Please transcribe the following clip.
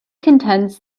contends